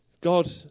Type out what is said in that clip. God